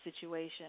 situation